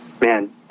man